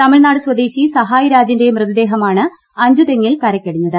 തമിഴ്നാട് സ്വദേശി സഹായ് രാജിന്റെ മൃതദേഹമാണ് അഞ്ചുതെങ്ങിൽ കരയ്ക്കടിഞ്ഞത്